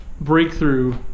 breakthrough